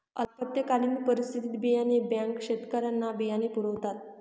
आपत्कालीन परिस्थितीत बियाणे बँका शेतकऱ्यांना बियाणे पुरवतात